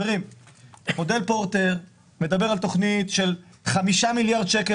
מודל פורטר מדבר על תוכנית של חמישה מיליארד שקלים